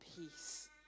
peace